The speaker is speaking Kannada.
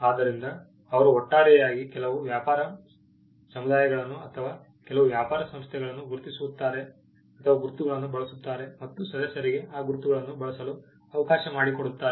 ಆದ್ದರಿಂದ ಅವರು ಒಟ್ಟಾರೆಯಾಗಿ ಕೆಲವು ವ್ಯಾಪಾರ ಸಮುದಾಯಗಳನ್ನು ಅಥವಾ ಕೆಲವು ವ್ಯಾಪಾರ ಸಂಸ್ಥೆಗಳನ್ನು ಗುರುತಿಸುತ್ತಾರೆ ಅಥವಾ ಗುರುತುಗಳನ್ನು ಬಳಸುತ್ತಾರೆ ಮತ್ತು ಸದಸ್ಯರಿಗೆ ಆ ಗುರುತುಗಳನ್ನು ಬಳಸಲು ಅವಕಾಶ ಮಾಡಿಕೊಡುತ್ತಾರೆ